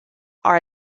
are